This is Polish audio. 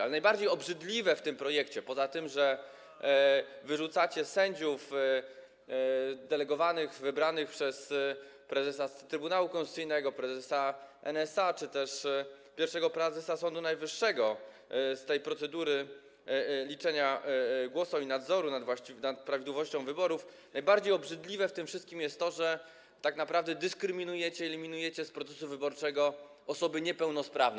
Ale najbardziej obrzydliwe w tym projekcie, poza tym, że wyrzucacie sędziów delegowanych wybranych przez prezesa Trybunału Konstytucyjnego, prezesa NSA czy też pierwszego prezesa Sądu Najwyższego z procedury liczenia głosów i nadzoru nad prawidłowością wyborów, najbardziej obrzydliwe w tym wszystkim jest to, że tak naprawdę dyskryminujecie i eliminujecie z procesu wyborczego osoby niepełnosprawne.